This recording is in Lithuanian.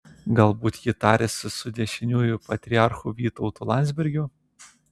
galbūt ji tariasi su dešiniųjų patriarchu vytautu landsbergiu